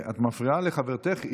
את מפריעה לחברתך.